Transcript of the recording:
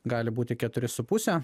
gali būti keturi su puse